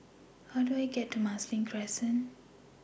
How Do I get to Marsiling Crescent